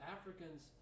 Africans